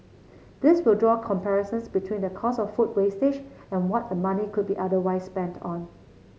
these will draw comparisons between the cost of food wastage and what the money could be otherwise spent on